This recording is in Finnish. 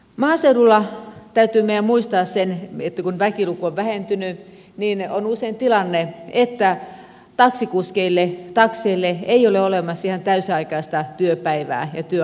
maaseudulla täytyy meidän muistaa se että kun väkiluku on vähentynyt niin on usein tilanne että taksikuskeille takseille ei ole olemassa ihan täysiaikaista työpäivää ja työaikaa